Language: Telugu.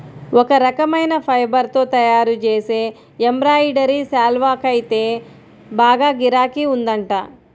ఒక రకమైన ఫైబర్ తో తయ్యారుజేసే ఎంబ్రాయిడరీ శాల్వాకైతే బాగా గిరాకీ ఉందంట